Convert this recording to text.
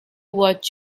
what